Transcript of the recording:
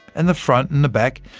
and the front and the back.